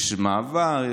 יש מעבר,